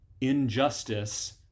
injustice